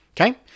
okay